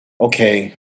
okay